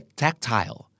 tactile